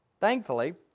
Thankfully